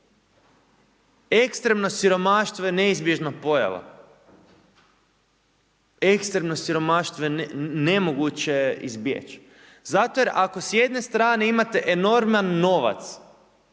ekstremno siromaštvo je neizbježna pojava, ekstremno siromaštvo je nemoguće izbjeći. Zato jer ako s jedne strane imate enorman novac